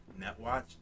NetWatch